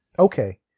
Okay